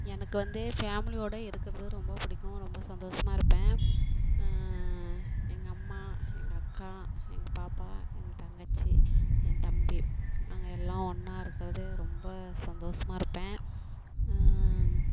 எனக்கு வந்து ஃபேமிலியோடு இருக்கிறது ரொம்ப பிடிக்கும் ரொம்ப சந்தோஷமா இருப்பேன் எங்கள் அம்மா எங்கள் அக்கா எங்கள் பாப்பா எங்கள் தங்கச்சி என் தம்பி நாங்கள் எல்லாம் ஒன்றா இருக்கிறது ரொம்ப சந்தோஷமா இருப்பேன்